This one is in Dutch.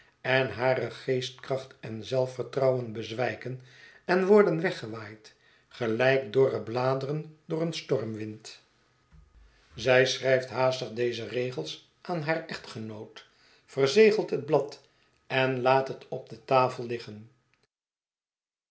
en hare geestkracht en zelfvertrouwen'bezwijken en worden weggewaaid gelijk dorre bladeren door een stormwind mp ml het verlaten huis zij schrijft haastig deze regels aan haar echtgenoot verzegelt het blad en laat het op de tafel liggen